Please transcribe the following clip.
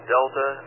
Delta